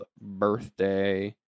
birthday